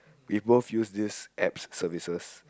we both use this App services